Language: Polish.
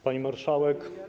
Pani Marszałek!